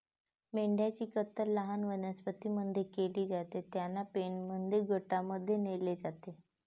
मेंढ्यांची कत्तल लहान वनस्पतीं मध्ये केली जाते, त्यांना पेनमध्ये गटांमध्ये नेले जाते